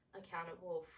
accountable